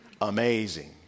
amazing